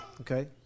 okay